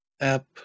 App